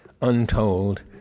untold